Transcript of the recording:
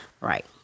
Right